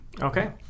Okay